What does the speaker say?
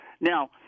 Now